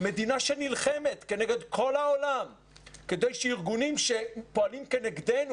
מדינה שנלחמת כנגד כל העולם כדי שארגונים שפועלים כנגדנו